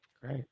Great